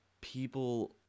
people